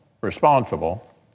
responsible